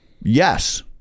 Yes